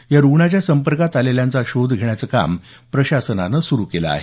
या रुग्णाच्या संपर्कात आलेल्यांचा शोध घेण्याचं काम प्रशासनानं सुरु केलं आहे